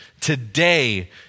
Today